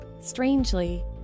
Strangely